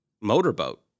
motorboat